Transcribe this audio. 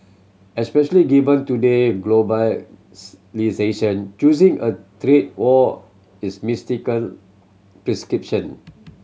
especially given today globalisation choosing a trade war is mistaken prescription